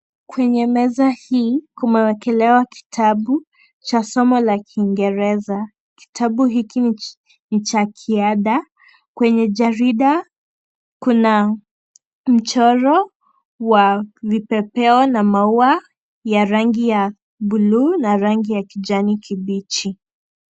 Kwenye meza hii kumewekelewa kitabu cha somo la Kiingereza. Kitabu hiki ni cha kiada. Kwenye jarida kuna mchoro wa vipepeo na maua ya rangi ya buluu na rangi ya kijani kibichi.